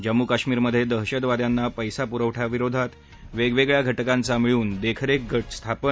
जम्मू काश्मीरमधे दहशतवाद्यांना पैसा पुरवठ्याविरोधात वेगवेगळ्या घ किांचा भिळून देखरेख ग स्थापन